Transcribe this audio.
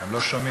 הם לא שומעים.